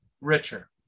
richer